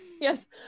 Yes